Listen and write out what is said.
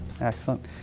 Excellent